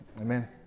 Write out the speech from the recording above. Amen